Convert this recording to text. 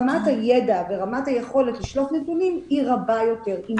רמת הידע ורמת היכולת לשלוף נתונים היא רבה יותר.